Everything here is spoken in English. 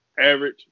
Average